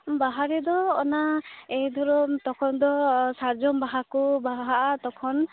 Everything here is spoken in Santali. ᱵᱟᱦᱟ ᱨᱮᱫᱚ ᱚᱱᱟ ᱮᱭ ᱫᱷᱚᱨᱚ ᱛᱚᱠᱷᱚᱱ ᱫᱚ ᱥᱟᱨᱡᱚᱢ ᱵᱟᱦᱟᱠᱚ ᱵᱟᱦᱟᱜ ᱛᱚᱠᱷᱚᱱ